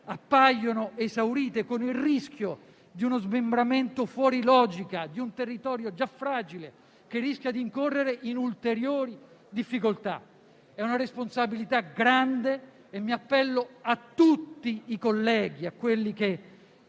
appaiono esaurite, con il rischio di uno smembramento fuori logica di un territorio già fragile, che rischia di incorrere in ulteriori difficoltà. È una responsabilità grande e mi appello a tutti i colleghi, in